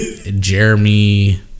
Jeremy